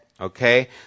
okay